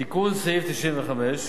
תיקון סעיף 95: